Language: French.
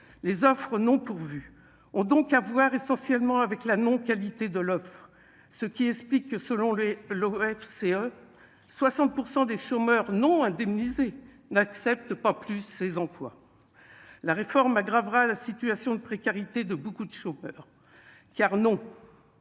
les offres non pourvues ont donc avoir essentiellement avec la non qualité de l'offre, ce qui explique selon les l'OFCE 60 % des chômeurs non indemnisés n'accepte pas plus ses employes la réforme aggravera la situation de précarité de beaucoup de chômeurs car non